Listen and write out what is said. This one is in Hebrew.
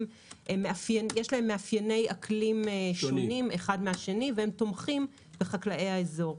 שיש להם מאפייני אקלים שונים האחד מן השני והם תומכים בחקלאי האזור.